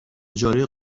اجازه